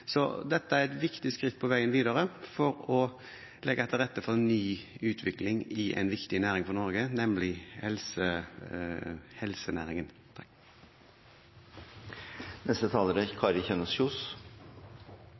Så dette er et viktig skritt på veien videre for å legge til rette for en ny utvikling i en viktig næring for Norge, nemlig helsenæringen. Norske biobanker er viktige for norske forskningsmiljøer, sammen med gode helseregisterdata. Det er